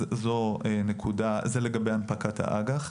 זה לגבי הנפקת האג"ח.